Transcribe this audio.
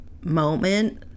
Moment